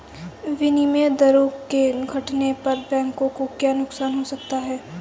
विनिमय दरों के घटने पर बैंकों को क्या नुकसान हो सकते हैं?